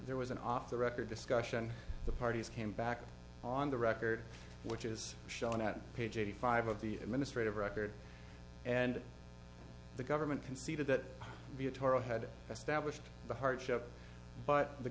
there was an off the record discussion the parties came back on the record which is shown at page eighty five of the administrative record and the government conceded that butorac had established the hardship but the